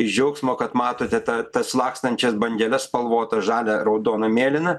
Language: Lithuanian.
iš džiaugsmo kad matote tą tas lakstančias bangeles spalvotas žalia raudona mėlyna